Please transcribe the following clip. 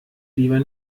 lieber